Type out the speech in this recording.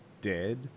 dead